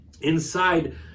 inside